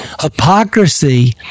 Hypocrisy